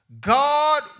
God